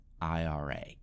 IRA